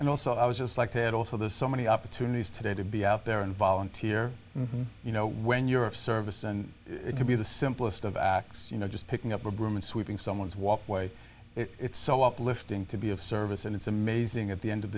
and also i was just like to add also there's so many opportunities today to be out there and volunteer you know when you're of service and it can be the simplest of acts you know just picking up a broom and sweeping someone's walkway it's so uplifting to be of service and it's amazing at the end of